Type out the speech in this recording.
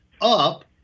up